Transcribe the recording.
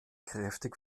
kräftig